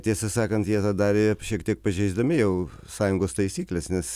tiesą sakant jie tą darė šiek tiek pažeisdami jau sąjungos taisykles nes